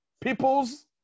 People's